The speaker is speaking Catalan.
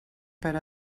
per